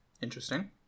interesting